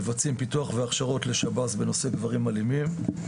מבצעים פיתוח והכשרות לשב"ס בנושא גברים אלימים,